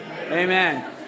Amen